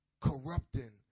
corrupting